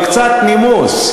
אבל קצת נימוס.